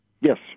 Yes